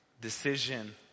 decision